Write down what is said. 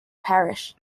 parish